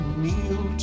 kneel